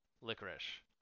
licorice